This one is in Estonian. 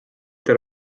tal